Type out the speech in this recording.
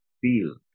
feel